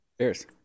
Cheers